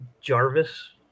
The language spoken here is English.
Jarvis